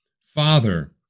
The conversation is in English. Father